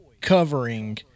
covering